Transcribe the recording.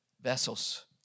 vessels